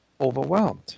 overwhelmed